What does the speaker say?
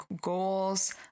goals